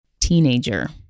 teenager